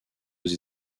aux